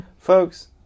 Folks